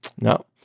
No